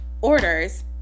orders